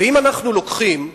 ואם אנחנו לוקחים,